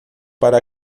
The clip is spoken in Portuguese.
para